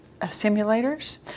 simulators